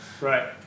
right